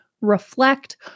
reflect